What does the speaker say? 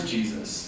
Jesus